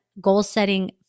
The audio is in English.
goal-setting